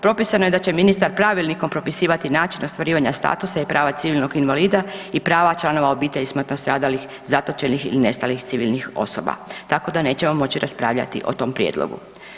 Propisano je da će ministar pravilnikom propisivati način ostvarivanja statusa i prava civilnog invalida i prava članova obitelji smrtno stradalih, zatočenih ili nestalnih civilnih osoba tako da nećemo moći raspravljati o tom prijedlogu.